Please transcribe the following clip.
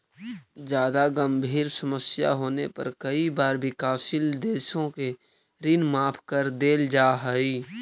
जादा गंभीर समस्या होने पर कई बार विकासशील देशों के ऋण माफ कर देल जा हई